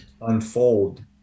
unfold